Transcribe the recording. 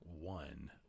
one